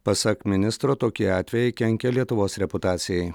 pasak ministro tokie atvejai kenkia lietuvos reputacijai